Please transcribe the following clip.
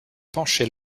pencher